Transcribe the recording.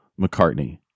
McCartney